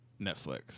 Netflix